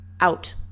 out